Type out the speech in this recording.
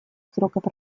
сроков